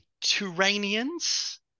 Turanians